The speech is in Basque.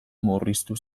murriztu